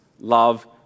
love